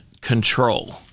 control